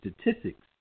statistics